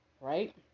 Right